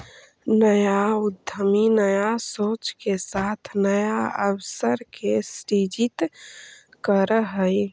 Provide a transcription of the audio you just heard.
नया उद्यमी नया सोच के साथ नया अवसर के सृजित करऽ हई